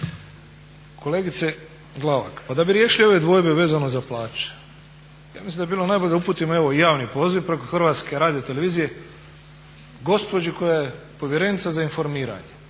Kolegice Glavak, pa da bi riješili ove dvojbe vezano za plaće ja mislim da bi bilo najbolje da uputimo javni poziv preko HRT-a gospođi koja je povjerenica za informiranje.